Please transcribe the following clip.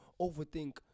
overthink